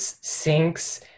sinks